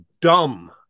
dumb